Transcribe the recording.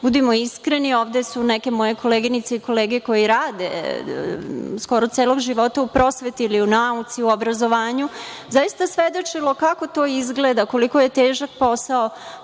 budimo iskreni, ovde su neke moje koleginice i kolege koji rade skoro celog života u prosveti, u nauci, u obrazovanju, zaista svedoče kako to izgleda, koliko je težak posao